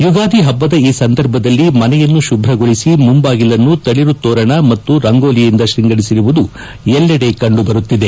ಯುಗಾದಿ ಹಬ್ಬದ ಈ ಸಂದರ್ಭದಲ್ಲಿ ಮನೆಯನ್ನು ಶುಭ್ರಗೊಳಿಸಿ ಮುಂಬಾಗಿಲನ್ನು ತಳರು ತೋರಣ ಮತ್ತು ರಂಗೋಲಿಯಿಂದ ಶೃಂಗರಿಸಿರುವುದು ಎಲ್ಲೆಡೆ ಕಂಡುಬರುತ್ತಿದೆ